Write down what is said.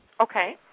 okay